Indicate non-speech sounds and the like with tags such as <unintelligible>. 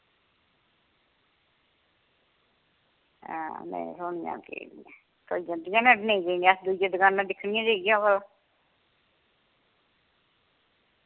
हां में <unintelligible> थ्होई जन्दियां न नेईं कि'यां दुइयै दकाना पर दिक्खनी आं जाइयै अवा ओह्